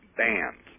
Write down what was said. bands